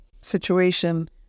situation